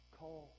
call